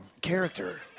character